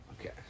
Okay